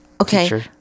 Okay